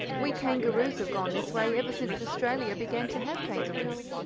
we kangaroos have gone this way ever since australia began to have kangaroos.